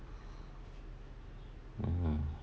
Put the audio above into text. oh